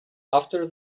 after